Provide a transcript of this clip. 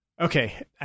Okay